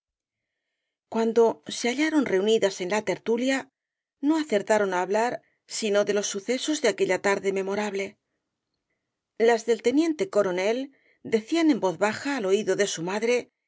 cuando se hallaron reunidas en la tertulia no acertaron á hablar sino de los sucesos de aquella tarde memorable las del teniente coronel decían en voz baja al oído de su madre